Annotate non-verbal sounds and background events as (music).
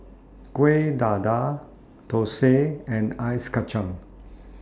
Kuih Dadar Thosai and Ice (unintelligible)